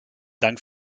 dank